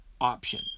option